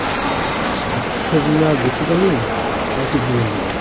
স্বাস্থ্য বীমা বেশী দামী নাকি জীবন বীমা?